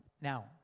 Now